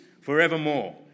forevermore